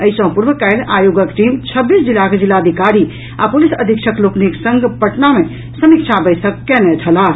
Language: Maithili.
एहि सँ पूर्व काल्हि आयोगक टीम छब्बीस जिलाक जिलाधिकारी आ पुलिस अधीक्षक लोकनिक संग पटना मे समीक्षा बैसक कयने छलाह